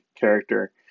character